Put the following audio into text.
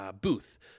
booth